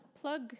plug